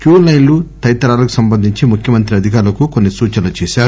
queue లైన్లు తదితరాలకు సంబంధించి ముఖ్యమంత్రి అధికారులకు కొన్ని సూచనలు చేశారు